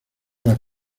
las